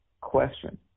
question